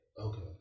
Okay